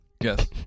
Yes